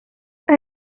and